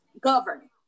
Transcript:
govern